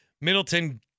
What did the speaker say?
Middleton